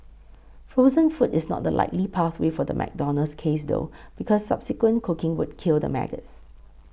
frozen food is not the likely pathway for the McDonald's case though because subsequent cooking would kill the maggots